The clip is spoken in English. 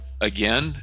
Again